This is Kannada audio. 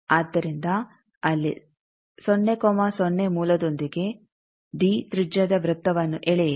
ಆದ್ದರಿಂದ ಅಲ್ಲಿ 00 ಮೂಲದೊಂದಿಗೆ ಡಿ ತ್ರಿಜ್ಯದ ವೃತ್ತವನ್ನು ಎಳೆಯಿರಿ